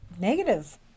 negative